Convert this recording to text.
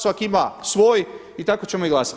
Svak' ima svoj i tako ćemo i glasat.